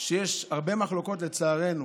שיש הרבה מחלוקות לצערנו